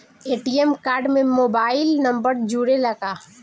ATM card में mobile number जुरेला का?